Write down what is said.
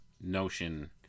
notion